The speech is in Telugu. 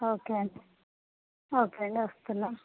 ఓకే అండి ఓకే అండి వస్తున్నాం